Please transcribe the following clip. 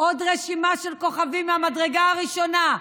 ועוד רשימה של כוכבים מהמדרגה הראשונה.